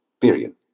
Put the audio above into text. Period